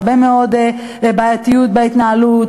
הרבה מאוד בעייתיות בהתנהלות,